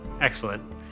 Excellent